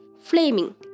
flaming